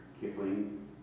Kipling